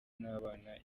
n’abana